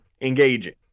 engaging